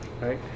right